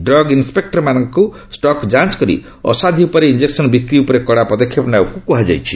drug ଇନ୍ନପେକ୍ଟରମାନଙ୍କୁ stock ଯାଞ୍ଚ କରି ଅସାଧୁ ଉପାୟରେ ଇଞ୍ଜେକ୍ନ ବିକ୍ରି ଉପରେ କଡା ପଦକ୍ଷେପ ନେବାକୁ କୁହାଯାଇଛି